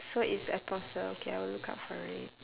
so it's apostle okay I will look out for it